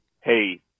hey